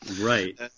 right